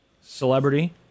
Celebrity